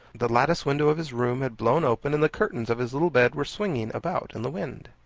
the lattice window of his room had blown open, and the curtains of his little bed were swinging about in the wind.